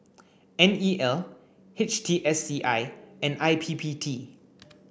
N E L H T S C I and I P P T